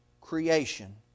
creation